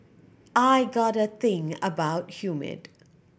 I got a thing about humid